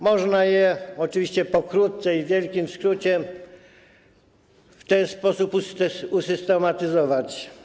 Można je - oczywiście pokrótce i w wielkim skrócie - w ten sposób usystematyzować.